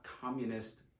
communist